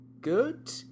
good